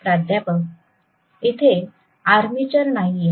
प्राध्यापक इथे आर्मेचर नाहीये